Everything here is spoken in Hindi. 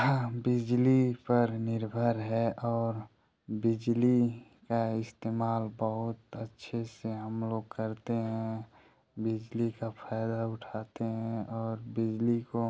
हाँ बिजली पर निर्भर है और बिजली का इस्तेमाल बहुत अच्छे से हम लोग करते हैं बिजली का फायदा उठाते हैं और बिजली को